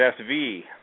SV